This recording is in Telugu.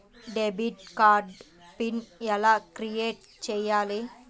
డెబిట్ కార్డు పిన్ ఎలా క్రిఏట్ చెయ్యాలి?